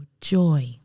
joy